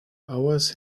hours